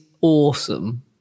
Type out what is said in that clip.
awesome